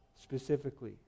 specifically